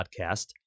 podcast